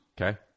Okay